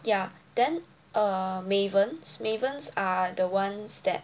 ya then err mavens mavens are the ones that